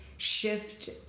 shift